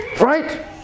right